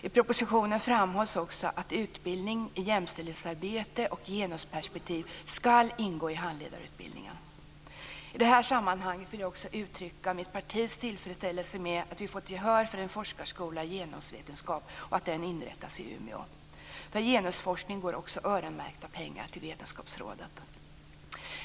I propositionen framhålls också att utbildning i jämställdhetsarbete och genusperspektiv ska ingå i handledarutbildningen. I det här sammanhanget vill jag också uttrycka mitt partis tillfredsställelse med att vi fått gehör för en forskarskola med genusvetenskap och att den inrättas i Umeå. För genusforskning går också öronmärkta pengar till Vetenskapsrådet.